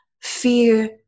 fear